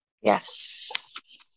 Yes